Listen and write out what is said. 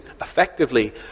effectively